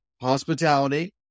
hospitality